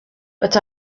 but